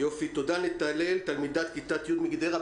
יופי, תודה, נטעאל, תלמידת כיתה י' מגדרה.